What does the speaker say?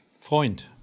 Freund